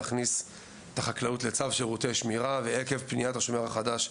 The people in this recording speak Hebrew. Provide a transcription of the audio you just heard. להכניס את החקלאות לצו שירותי שמירה ובעקבות פנייה של ׳השומר החדש׳,